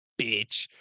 bitch